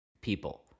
people